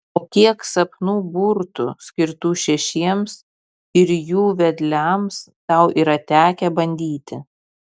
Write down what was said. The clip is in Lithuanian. o kiek sapnų burtų skirtų šešiems ir jų vedliams tau yra tekę bandyti